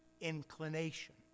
inclination